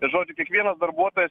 tai žodžiu kiekvienas darbuotojas